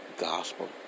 gospel